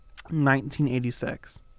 1986